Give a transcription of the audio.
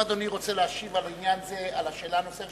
אם אדוני רוצה להשיב על השאלה הנוספת